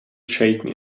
shaken